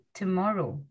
tomorrow